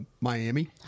Miami